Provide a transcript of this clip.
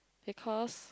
because